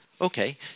Okay